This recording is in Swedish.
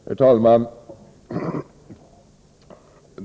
Herr talman!